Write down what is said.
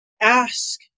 Ask